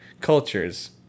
cultures